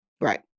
Right